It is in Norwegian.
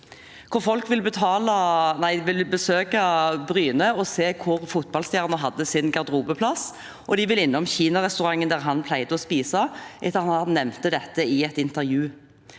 Folk vil besøke Bryne og se hvor fotballstjernen hadde sin garderobeplass, og de vil innom kinarestauranten der han pleide å spise, etter at han nevnte dette i et intervju.